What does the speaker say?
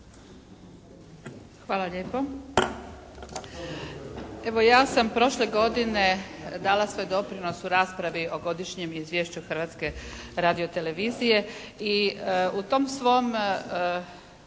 Hvala lijepo. Evo ja sam prošle godine dala svoj doprinos u raspravi o Godišnjem izvješću Hrvatske radiotelevizije i u tom svom